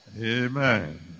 Amen